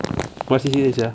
what C_C_A sia